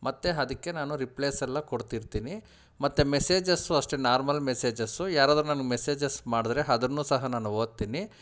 ಮತ್ತು ಅದಕ್ಕೆ ನಾನು ರಿಪ್ಲೈಸ್ ಎಲ್ಲ ಕೊಡ್ತಿರ್ತೀನಿ ಮತ್ತು ಮೆಸೇಜಸ್ಸೂ ಅಷ್ಟೇ ನಾರ್ಮಲ್ ಮೆಸೇಜಸ್ಸು ಯಾರಾದರೂ ನನಗೆ ಮೆಸೇಜಸ್ ಮಾಡಿದರೆ ಅದನ್ನೂ ಸಹ ನಾನು ಓದ್ತೀನಿ